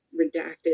redacted